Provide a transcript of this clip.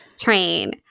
train